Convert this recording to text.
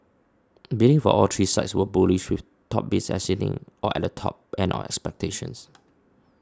bidding for all three sites was bullish with top bids exceeding or at the top end of expectations